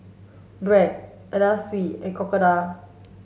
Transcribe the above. Bragg Anna Sui and Crocodile